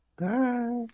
Bye